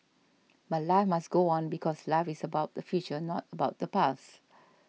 but life must go on because life is about the future not about the past